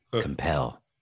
compel